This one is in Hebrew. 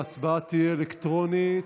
ההצבעה תהיה אלקטרונית.